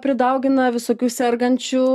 pridaugina visokių sergančių